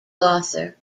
author